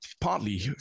partly